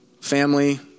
family